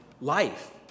life